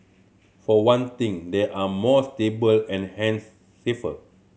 for one thing they are more stable and hence safer